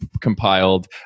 compiled